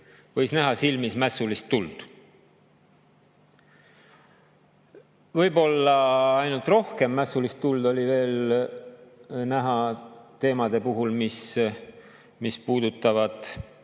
tõesti näha silmis mässulist tuld. Võib-olla rohkem mässulist tuld oli näha veel ainult teemade puhul, mis puudutavad